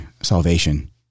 salvation